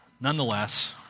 nonetheless